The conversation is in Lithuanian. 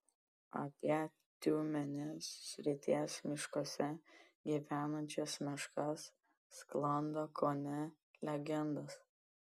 apie tiumenės srities miškuose gyvenančias meškas sklando kone legendos